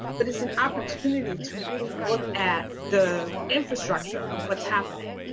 but it's an opportunity to really look at the infrastructure of what's happening.